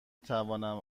توانم